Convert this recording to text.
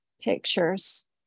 pictures